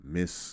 Miss